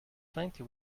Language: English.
plenty